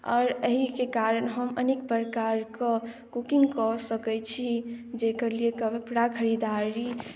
आओर एहिके कारण हम अनेक प्रकार के कुकिंग कऽ सकै छी जेकर लेल कपड़ा खरीददारी